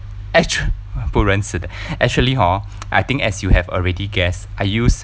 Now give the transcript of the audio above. actua~ 不认识的 actually hor I think as you have already guessed I use